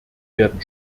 werden